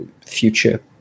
future